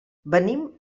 venim